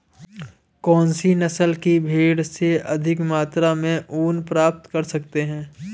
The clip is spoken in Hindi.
कौनसी नस्ल की भेड़ से अधिक मात्रा में ऊन प्राप्त कर सकते हैं?